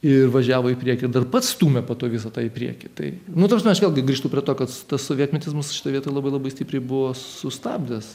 ir važiavo į priekį dar pats stūmė po to visą tą į priekį tai nu ta prasme aš vėlgi grįžtu prie to kad tas sovietmetis mus šitoj vietoj labai labai stipriai buvo sustabdęs